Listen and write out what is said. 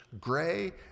gray